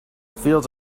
fields